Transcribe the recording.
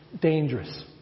dangerous